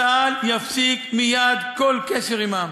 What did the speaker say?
צה"ל יפסיק מייד כל קשר עמם